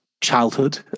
childhood